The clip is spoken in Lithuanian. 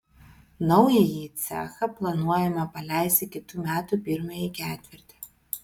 naująjį cechą planuojama paleisti kitų metų pirmąjį ketvirtį